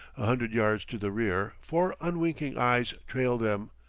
a hundred yards to the rear four unwinking eyes trailed them,